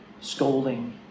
scolding